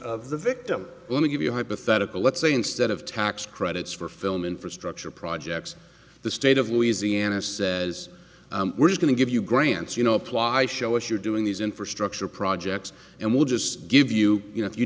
of the victim let me give you a hypothetical let's say instead of tax credits for film infrastructure projects the state of louisiana says we're going to give you grants you know apply show us you're doing these infrastructure projects and we'll just give you you know